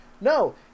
No